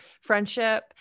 friendship